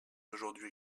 aujourd’hui